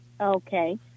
Okay